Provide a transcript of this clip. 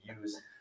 use